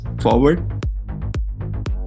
forward